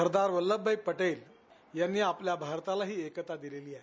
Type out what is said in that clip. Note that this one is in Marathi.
सरदार वल्लभभाई पटेल यांनी आपल्या भारताला ही एकता दिलेली आहे